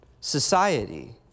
society